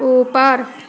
ऊपर